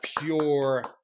Pure